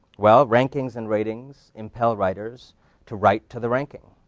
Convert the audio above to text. well, rankings and rating impel writers to write to the ranking.